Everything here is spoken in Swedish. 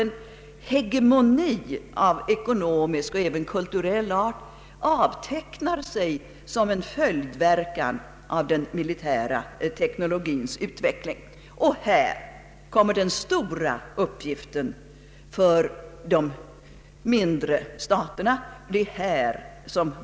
En hegemoni av ekonomisk och även kulturell art avtecknar sig således som en möjlig följdverkan av den militära teknologins utveckling. Här kommer den stora uppgiften för de mindre staterna in i bilden.